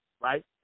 right